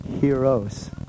heroes